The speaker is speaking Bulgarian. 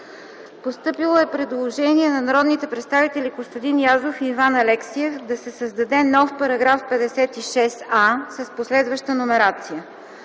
Постъпило е предложение на народните представители Костадин Язов и Иван Алексиев да се създаде нов § 56а с последваща номерация.